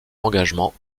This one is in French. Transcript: engagement